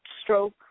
stroke